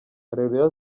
areruya